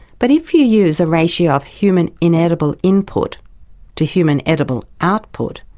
but if you use a ratio of human inedible input to human edible output,